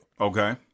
Okay